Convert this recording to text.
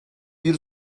bir